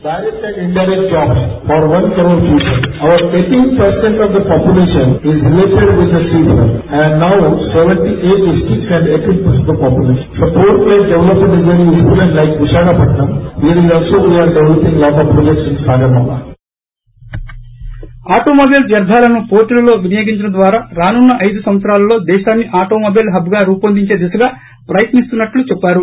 byte Nitin Gadkari automobile వ్యర్థాలను పోర్టులలో వినియోగించడం ద్వారా రానున్న ఐదు సంవత్సరాలలో దేశాన్ని ఆటోమొబైల్ హబ్గా రూపొందించే దిశగా ప్రయత్సి స్తున్నట్టు చెప్పారు